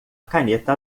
caneta